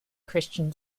christian